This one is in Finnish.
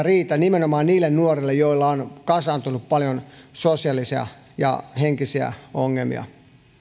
riitä nimenomaan niille nuorille joille on kasaantunut paljon sosiaalisia ja henkisiä ongelmia